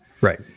Right